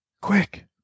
quick